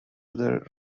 other